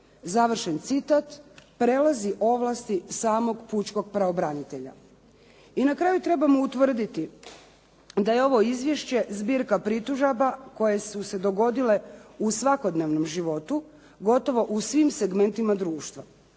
Završen citat. Prelazi ovlasti samog pučkog pravobranitelja. I na kraju trebao utvrditi da je ovo izvješće zbirka pritužaba koje su se dogodile u svakodnevnom životu, gotovo u svim segmentima društva.